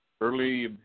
early